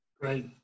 Great